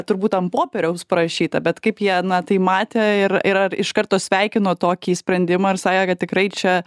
turbūt ant popieriaus parašyta bet kaip jie na tai matė ir ir ar iš karto sveikino tokį sprendimą ir sakė kad tikrai čia